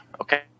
okay